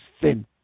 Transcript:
thin